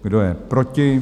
Kdo je proti?